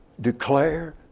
declare